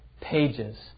pages